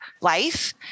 life